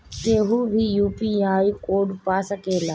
केहू भी UPI code पा सकेला?